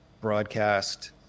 broadcast